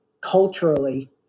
culturally